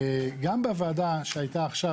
גם בוועדה שהייתה עכשיו,